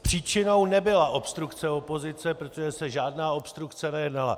Příčinou nebyla obstrukce opozice, protože se žádná obstrukce nekonala.